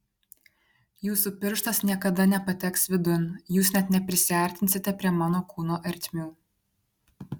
jūsų pirštas niekada nepateks vidun jūs net neprisiartinsite prie mano kūno ertmių